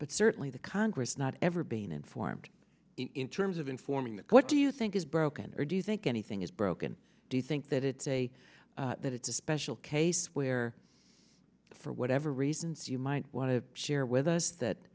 but certainly the congress not ever being informed in terms of informing the what do you think is broken or do you think anything is broken do you think that it's a that it's a special case where for whatever reasons you might want to share with us that